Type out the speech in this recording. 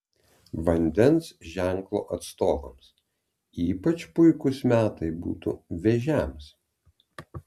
vandens ženklo atstovams ypač puikūs metai būtų vėžiams